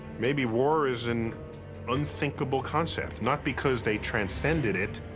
maybe war is an unthinkable concept, not because they transcended it,